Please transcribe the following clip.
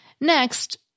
Next